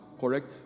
correct